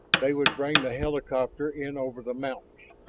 they would bring the helicopter in over the mountains.